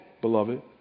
beloved